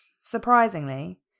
Surprisingly